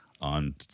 on